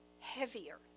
Heavier